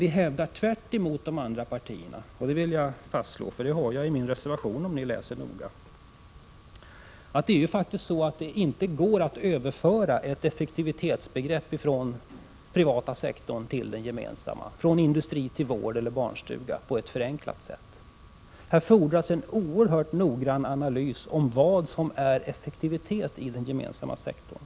Vi hävdar tvärtemot de andra partierna — det vill jag fastslå, och det står också i min reservation — att det faktiskt inte går att överföra ett effektivitetsbegrepp från den privata sektorn till den gemensamma, från industri till vård eller barnstuga, på ett förenklat sätt. Här fordras en oerhört noggrann analys av vad som är effektivitet i den gemensamma sektorn.